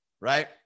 right